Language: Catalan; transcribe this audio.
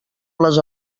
les